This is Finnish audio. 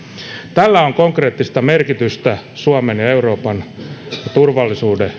tällä on konkreettista merkitystä suomen ja euroopan turvallisuuden